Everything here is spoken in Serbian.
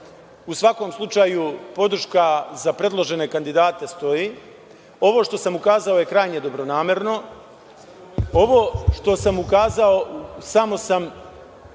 U svakom slučaju podrška za predložene kandidate stoji. Ovo što sam ukazao je krajnje dobronamerno. Ovo što sam ukazao samo sam